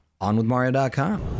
onwithmario.com